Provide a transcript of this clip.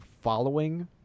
following